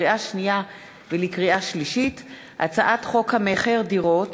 לקריאה שנייה ולקריאה שלישית: הצעת חוק המכר (דירות)